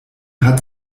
hat